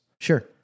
Sure